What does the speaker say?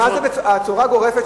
הצורה הגורפת,